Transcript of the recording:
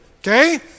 Okay